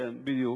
בדיוק.